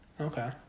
Okay